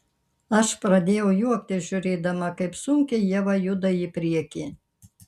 aš pradėjau juoktis žiūrėdama kaip sunkiai ieva juda į priekį